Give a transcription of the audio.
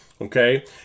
Okay